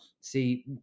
see